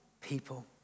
people